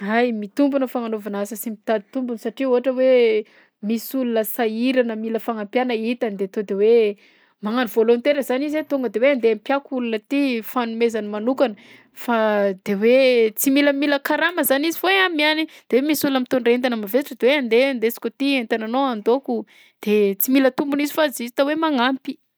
Ay! Mitombina fagnanovana asa sy mitady tombony satria ohatra hoe misy olona sahirana mila fagnampiàna hitany de to de hoe magnano volontaire zany izy hoe tonga de hoe andeha hampiako olona ty, fanomezana manokana; fa de hoe tsy milamila karama zany izy fa hoe amiàny de hoe misy olona mitondra entana mavesatra de hoe andeha ndesiko aty entananao andôko de tsy mila tombony izy fa justa hoe magnampy.